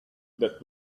that